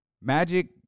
Magic